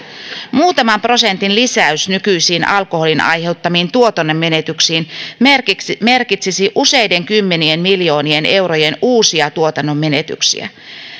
muutaman prosentin lisäys nykyisiin alkoholin aiheuttamiin tuotannonmenetyksiin merkitsisi merkitsisi useiden kymmenien miljoonien eurojen uusia tuotannon menetyksiä